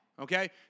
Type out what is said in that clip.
okay